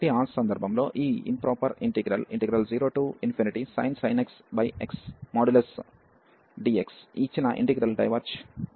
కాబట్టి ఆ సందర్భంలో ఈ improper integral 0sin x xdx ఇచ్చిన ఇంటిగ్రల్ డైవెర్జ్ జరుగుతుంది